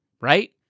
right